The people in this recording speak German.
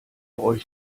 euch